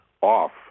off